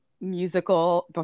musical